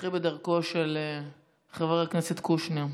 לכי בדרכו של חבר הכנסת קושניר.